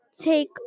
take